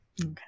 Okay